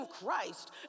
Christ